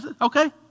Okay